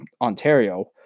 Ontario